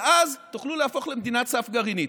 ואז תוכלו להפוך למדינת סף גרעינית.